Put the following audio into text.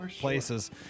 places